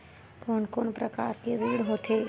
कोन कोन प्रकार के ऋण होथे?